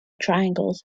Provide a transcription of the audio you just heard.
triangles